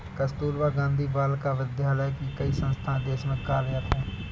कस्तूरबा गाँधी बालिका विद्यालय की कई संस्थाएं देश में कार्यरत हैं